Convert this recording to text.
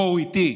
בואו איתי.